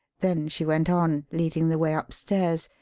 then she went on, leading the way upstairs,